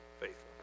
faithful